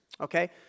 okay